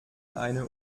eine